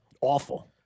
Awful